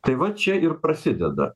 tai va čia ir prasideda